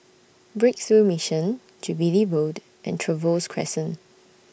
Breakthrough Mission Jubilee Road and Trevose Crescent